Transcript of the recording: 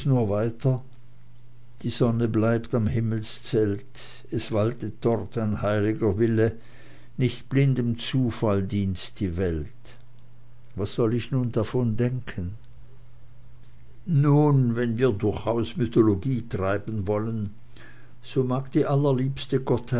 nur weiter die sonne bleibt am himmelszelt es waltet dort ein heil'ger wille nicht blindem zufall dient die welt was soll ich nun davon denken nun wenn wir durchaus mythologie treiben wollen so mag die allerliebste